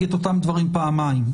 דברים פעמיים.